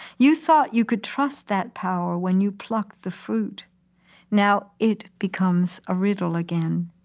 you thought you could trust that power when you plucked the fruit now it becomes a riddle again,